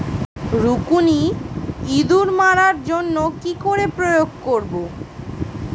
রুকুনি ইঁদুর মারার জন্য কি করে প্রয়োগ করব?